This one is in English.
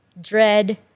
dread